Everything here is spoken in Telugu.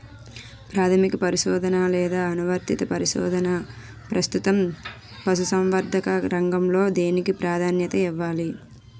ప్రాథమిక పరిశోధన లేదా అనువర్తిత పరిశోధన? ప్రస్తుతం పశుసంవర్ధక రంగంలో దేనికి ప్రాధాన్యత ఇవ్వాలి?